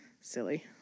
Silly